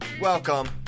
Welcome